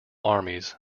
armies